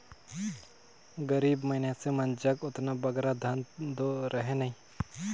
गरीब मइनसे मन जग ओतना बगरा धन दो रहें नई